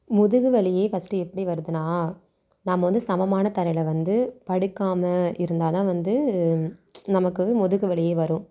முதுகு வலியே ஃபஸ்ட்டு எப்படி வருதுன்னால் நம்ம வந்து சமமான தரையில் வந்து படுக்காமல் இருந்தால்தான் வந்து நமக்கு வந்து முதுகுவலியே வரும்